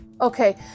Okay